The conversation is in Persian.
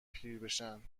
پیربشن